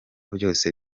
byose